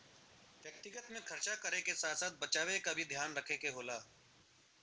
व्यक्तिगत में खरचा करे क साथ साथ बचावे क भी ध्यान रखे क होला